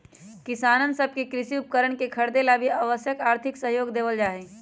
किसान सब के कृषि उपकरणवन के खरीदे ला भी आवश्यक आर्थिक सहयोग देवल जाहई